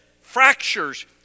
fractures